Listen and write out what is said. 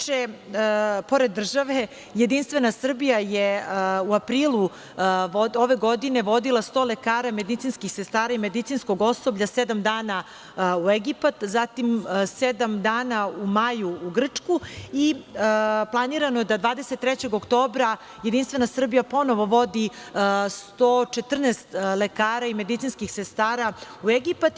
Pored države, Jedinstvena Srbija je u aprilu ove godine vodila 100 lekara, medicinskih sestara i medicinskog osoblja sedam dana u Egipat, zatim sedam dana u maju u Grčku i planirano je da 23. oktobra JS ponovo vodi 114 lekara i medicinskih sestara u Egipat.